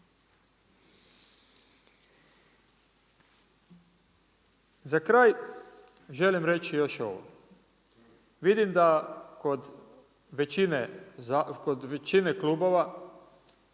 Za kraj, želim reći još ovo. Vidim da kod većine klubova,